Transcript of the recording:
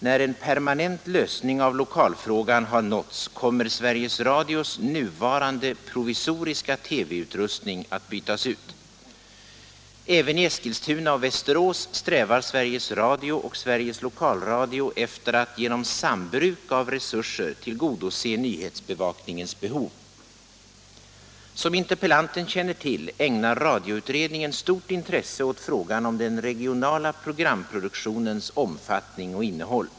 När en permanent lösning av lokalfrågan har nåtts kommer Sveriges Radios nuvarande provisoriska TV-utrustning att bytas ut. Även i Eskilstuna och Västerås strävar Sveriges Radio och Sveriges Lokalradio efter att genom sambruk av resurser tillgodose nyhetsbevakningens behov. Som interpellanten känner till ägnar radioutredningen stort intresse åt frågan om den regionala programproduktionens omfattning och innehåll.